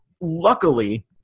luckily –